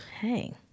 hey